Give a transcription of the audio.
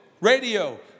radio